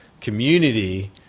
community